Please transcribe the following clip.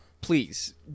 please